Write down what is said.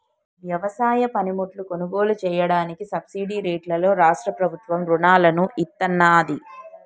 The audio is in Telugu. వ్యవసాయ పనిముట్లు కొనుగోలు చెయ్యడానికి సబ్సిడీ రేట్లలో రాష్ట్ర ప్రభుత్వం రుణాలను ఇత్తన్నాది